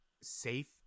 safe